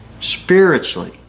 spiritually